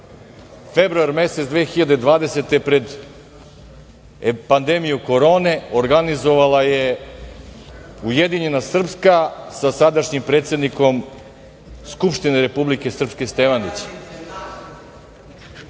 februar mesec 2020. godine pred pandemiju korone. Organizovala je Ujedinjena Srpska sa sadašnjim predsednikom Skupštine Republike Srpske, Stevandićem. Evo